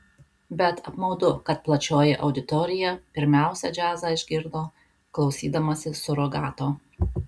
bet apmaudu kad plačioji auditorija pirmiausia džiazą išgirdo klausydamasi surogato